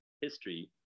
history